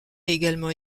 également